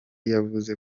yavuze